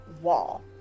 wall